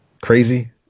crazy